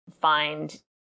find